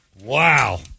wow